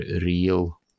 real